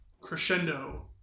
crescendo